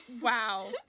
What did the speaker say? Wow